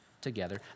together